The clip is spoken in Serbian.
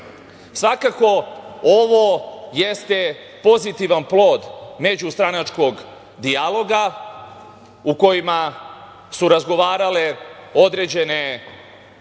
stranka. Svakako ovo jeste pozitivan plod međustranačkog dijaloga u kojima su razgovarale određene političke